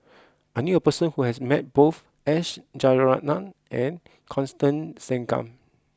I knew a person who has met both S Rajaratnam and Constance Singam